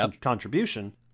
contribution